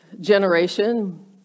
generation